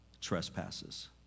trespasses